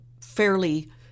fairly